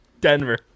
Denver